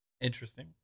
interesting